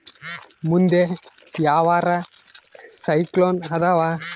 ಮುಂದೆ ಯಾವರ ಸೈಕ್ಲೋನ್ ಅದಾವ?